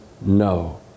no